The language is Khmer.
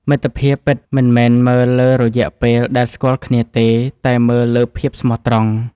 មិត្តភាពពិតមិនមែនមើលលើរយៈពេលដែលស្គាល់គ្នាទេ តែមើលលើភាពស្មោះត្រង់។